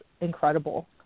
incredible